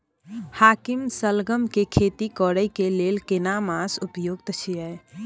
हाकीम सलगम के खेती करय के लेल केना मास उपयुक्त छियै?